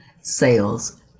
sales